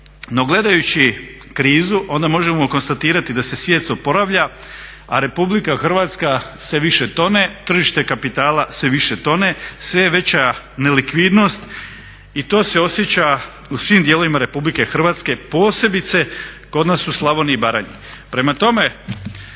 No gledajući krizu onda možemo konstatirati da se svijet oporavlja, a RH sve više tone, tržište kapitala sve više tone, sve je veća nelikvidnost i to se osjeća u svim dijelovima RH posebice kod nas u Slavoniji i Baranji. Prema tome,